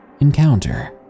encounter